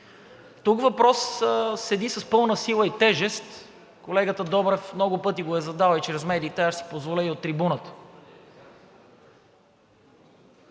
Тук въпросът седи с пълна сила и тежест, колегата Добрев много пъти го е задавал чрез медиите, а аз ще си позволя и от трибуната.